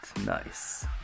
nice